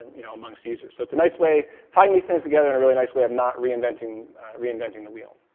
you know, amongst users. so it's a nice way of tying these things together and a really nice way of not reinventing reinventing the wheel.